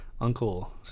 uncle